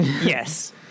Yes